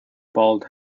bald